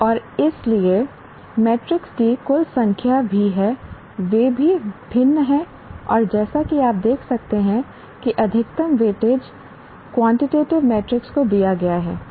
और इसलिए मैट्रिक्स की कुल संख्या भी है वे भी भिन्न हैं और जैसा कि आप देख सकते हैं कि अधिकतम वेटेज क्वानटेटिव मैट्रिक्स को दिया गया है